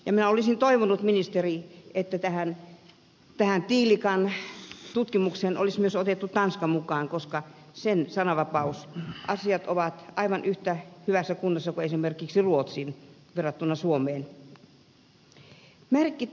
minä olisin toivonut ministeri että tähän tiilikan tutkimukseen olisi otettu myös tanska mukaan koska sen sananvapausasiat ovat aivan yhtä hyvässä kunnossa kuin esimerkiksi ruotsin